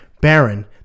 baron